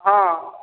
हँ